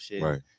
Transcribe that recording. right